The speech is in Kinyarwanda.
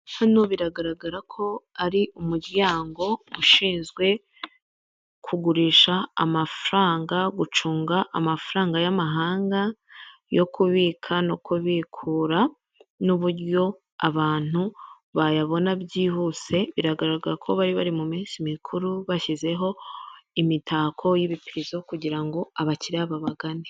Hano biragaragara ko ari umuryango ushinzwe kugurisha amafaranga, gucunga amafaranga y'amahanga yo kubika no kubikura n'uburyo abantu bayabona byihuse, biragaragara ko bari bari mu minsi mikuru bashyizeho imitako y'ibipirizo kugirango abakiriya babagane.